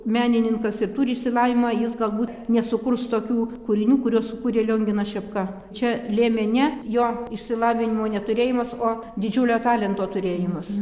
menininkas ir turi išsilavinimą jis galbūt nesukurs tokių kūrinių kuriuos sukūrė lionginas šepka čia lėmė ne jo išsilavinimo neturėjimas o didžiulio talento turėjimas